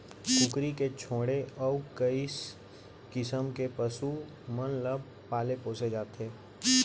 कुकरी के छोड़े अउ कई किसम के पसु मन ल पाले पोसे जाथे